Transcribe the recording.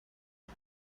iyo